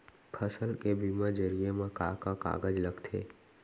फसल के बीमा जरिए मा का का कागज लगथे?